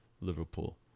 Liverpool